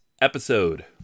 episode